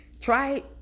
Try